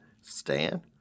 Stan